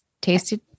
tasted